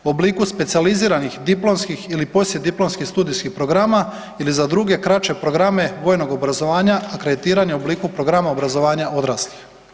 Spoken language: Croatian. U obliku specijaliziranih diplomskih ili poslijediplomskih studijskih programa ili za druge kraće programe vojnog obrazovanja akreditiranja u obliku programa obrazovanja odraslih.